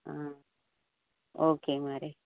okay మరీ